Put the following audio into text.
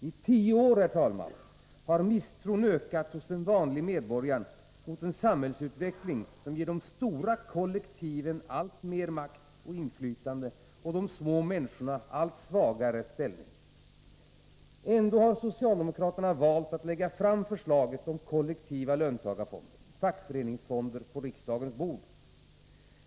I tio år, herr talman, har misstron ökat hos den vanlige medborgaren mot en samhällsutveckling som ger de stora kollektiven alltmer makt och inflytande och de små människorna allt svagare ställning. Ändå har socialdemokraterna valt att lägga fram förslaget om kollektiva löntagarfonder, fackföreningsfonder, på riksdagens bord.